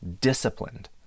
disciplined